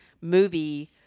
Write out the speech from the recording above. movie